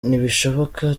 nibishoboka